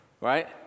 right